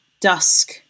dusk